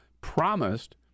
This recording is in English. promised